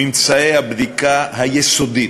ממצאי הבדיקה היסודית,